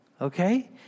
okay